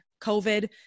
COVID